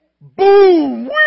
Boom